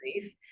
grief